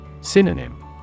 Synonym